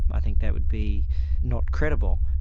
i think that would be not credible.